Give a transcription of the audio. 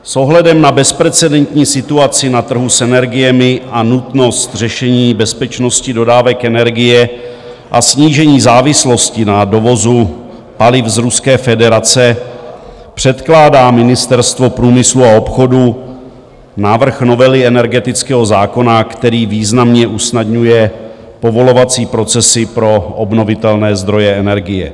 S ohledem na bezprecedentní situaci na trhu s energiemi a nutnost řešení bezpečnosti dodávek energie a snížení závislosti na dovozu paliv z Ruské federace předkládá Ministerstvo průmyslu a obchodu návrh novely energetického zákona, který významně usnadňuje povolovací procesy pro obnovitelné zdroje energie.